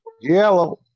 Yellow